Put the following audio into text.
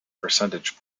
percentage